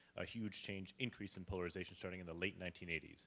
a huge change increase in polarization starting in the late nineteen eighty s,